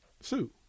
Sue